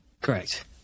Correct